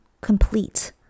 complete